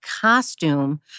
costume